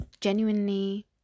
genuinely